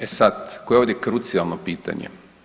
E sad, koje je ovdje krucijalno pitanje?